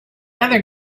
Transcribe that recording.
other